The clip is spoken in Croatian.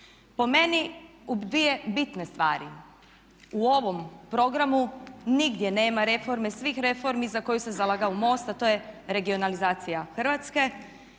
Po meni u dvije bitne stvari, u ovom programu nigdje nema reforme svih reformi za koju se zalagao MOST a to je regionalizacija Hrvatske.